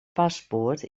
paspoort